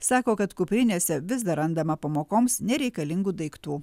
sako kad kuprinėse vis dar randama pamokoms nereikalingų daiktų